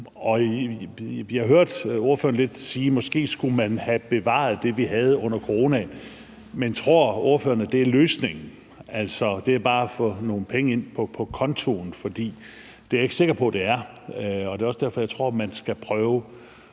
Jeg hørte ordføreren lidt sige, at måske skulle man have bevaret det, vi havde under coronaen. Men tror ordføreren, at det er løsningen, altså at det bare er at få nogle penge ind på kontoen? For det er jeg ikke sikker på at det er. Det er også derfor, at jeg tror,